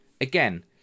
Again